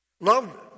Love